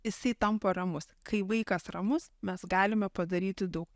jisai tampa ramus kai vaikas ramus mes galime padaryti daug